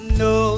no